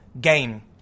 game